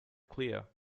clear